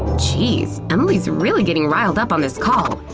geez, emily's really getting riled up on this call.